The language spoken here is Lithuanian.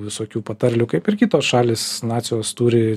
visokių patarlių kaip ir kitos šalys nacijos turi